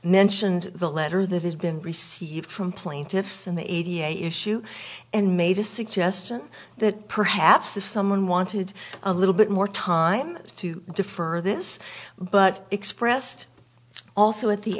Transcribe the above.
mentioned the letter that has been received from plaintiffs in the eighty issue and made a suggestion that perhaps if someone wanted a little bit more time to defer this but expressed also at the